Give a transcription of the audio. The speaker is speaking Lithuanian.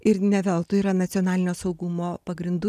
ir ne veltui yra nacionalinio saugumo pagrindų